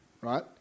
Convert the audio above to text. right